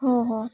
हो हो